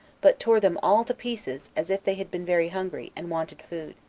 but tore them all to pieces, as if they had been very hungry, and wanted food.